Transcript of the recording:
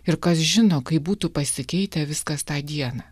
ir kas žino kaip būtų pasikeitę viskas tą dieną